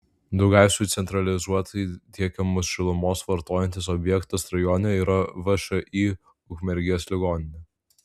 daugiausiai centralizuotai tiekiamos šilumos vartojantis objektas rajone yra všį ukmergės ligoninė